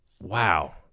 wow